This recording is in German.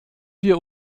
wir